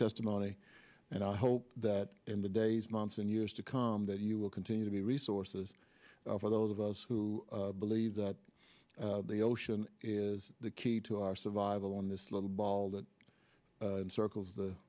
testimony and i hope that in the days months and years to come that you will continue to be resources for those of us who believe that the ocean is the key to our survival on this little ball that circles the